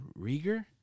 Rieger